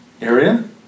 area